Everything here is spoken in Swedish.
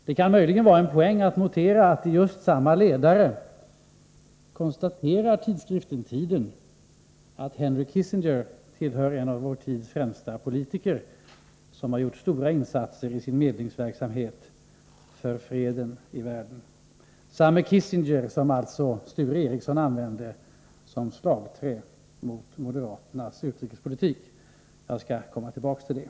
Det kan möjligen vara en poäng att notera att tidskriften Tiden i samma ledare konstaterar att Henry Kissinger tillhör vår tids främsta politiker och har gjort stora insatser i sin medlingsverksamhet för freden i världen—- samme Kissinger som Sture Ericson använde som slagträ mot moderaternas utrikespolitik. Jag skall komma tillbaka till detta.